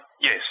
yes